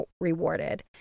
rewarded